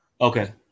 Okay